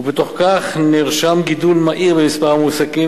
ובתוך כך נרשמו גידול מהיר במספר המועסקים